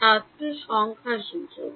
ছাত্র সংখ্যাসূচক